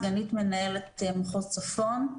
סגנית מנהלת מחוז צפון.